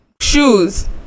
Shoes